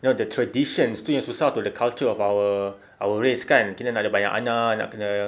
know the traditions tu yang susah tu the culture of our our race kan kita nak ada banyak anak nak kena